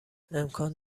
امکان